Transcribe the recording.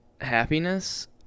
happiness